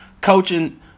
coaching